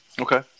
Okay